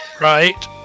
Right